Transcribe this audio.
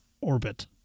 orbit